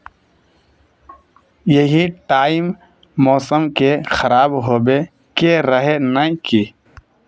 यही टाइम मौसम के खराब होबे के रहे नय की?